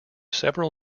several